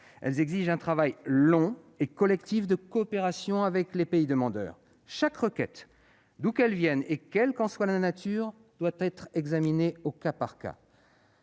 Elles exigent un travail long et collectif de coopération avec les pays demandeurs. Chaque requête, d'où qu'elle vienne et quelle que soit sa nature, doit être examinée au cas par cas,